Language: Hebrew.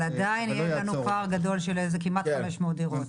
אבל עדיין יהיה לנו פער גדול של כמעט 500 דירות.